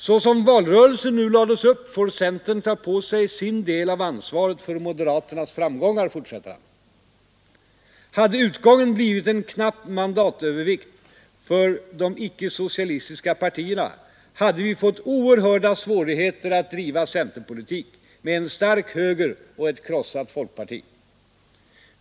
”Såsom valrörelsen nu lades upp får centern ta på sig sin del av ansvaret för moderaternas framgångar”, fortsätter han. ”Hade utgången blivit en knapp mandatövervikt för de icke-socialistiska partierna hade vi fått oerhörda svårigheter att driva centerpolitik med en stark höger och ett krossat folkparti.